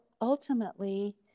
ultimately